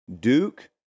Duke